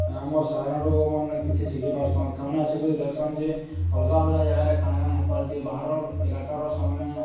ଆମର୍ ସାଧାରଣ ଲୋକ ମାନେ କିଛି ଶିଖିପାରଛନ୍ ସେମାନେ ଆସିକି ଦେଖୁସନ୍ ଯେ ଅଲଗା ଅଲଗା ଜାଗାରେ କାଣା କାଣା ହେଇପାରୁିଛି ବାହାର ଇଲାକାରାର ସେମାନେ